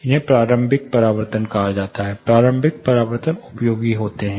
इन्हें प्रारंभिक परावर्तनकहा जाता है प्रारंभिक परावर्तन उपयोगी हैं